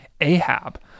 Ahab